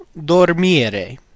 dormire